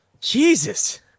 Jesus